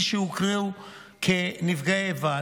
מי שהוכרו כנפגעי איבה,